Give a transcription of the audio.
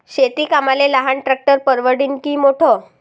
शेती कामाले लहान ट्रॅक्टर परवडीनं की मोठं?